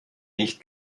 nicht